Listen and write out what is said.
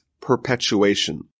perpetuation